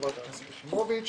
חברת הכנסת יחימוביץ.